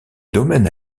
domaines